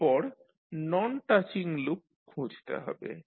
এরপর non touching loop খুঁজতে হবে